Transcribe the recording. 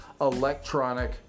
electronic